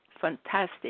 fantastic